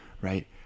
right